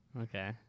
Okay